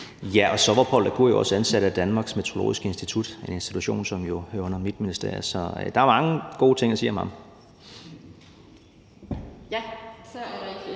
Ja, og så var Poul la Cour jo også ansat af Danmarks Meteorologiske Institut, en institution, som jo hører under mit ministerium. Så der er mange gode ting at sige om ham. Kl. 11:54 Anden